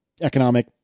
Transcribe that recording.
economic